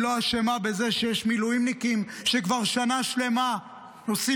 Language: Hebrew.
היא לא אשמה בזה שיש מילואימניקים שכבר שנה שלמה עושים